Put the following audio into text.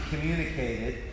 communicated